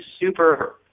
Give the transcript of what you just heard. super